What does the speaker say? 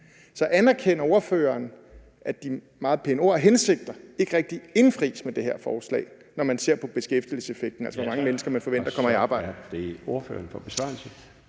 Så anerkender ordføreren, at de meget pæne ord og hensigter ikke rigtig indfries med det her forslag, når man ser på beskæftigelseseffekten, altså hvor mange mennesker man forventer der kommer i arbejde?